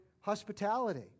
Hospitality